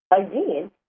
again